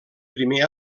primer